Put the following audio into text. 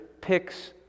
picks